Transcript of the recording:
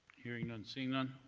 hearing none, seeing none,